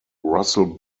russell